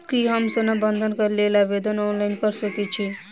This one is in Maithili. की हम सोना बंधन कऽ लेल आवेदन ऑनलाइन कऽ सकै छी?